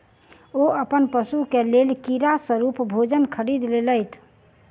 ओ अपन पशु के लेल कीड़ा स्वरूप भोजन खरीद लेलैत